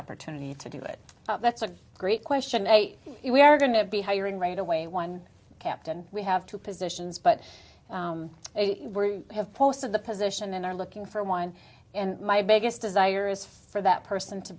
opportunity to do it that's a great question eight we are going to be hiring right away one captain we have two positions but they have posted the position and are looking for one and my biggest desire is for that person to